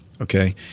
okay